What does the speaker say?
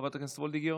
חברת הכנסת וולדיגר,